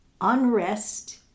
unrest